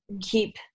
keep